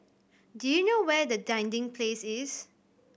do you know where is Dinding Place